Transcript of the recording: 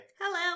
Hello